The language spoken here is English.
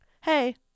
hey